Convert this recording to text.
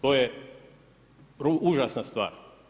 To je užasna stvar.